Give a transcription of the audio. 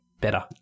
better